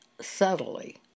subtly